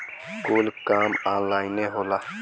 कुल काम ऑन्लाइने होला